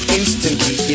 instantly